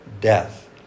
death